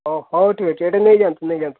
ହଁ ହଉ ଠିକ୍ ଅଛି ଏଇଟା ନେଇଯାନ୍ତୁ ନେଇଯାନ୍ତୁ